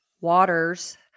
waters